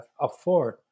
afford